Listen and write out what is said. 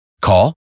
Call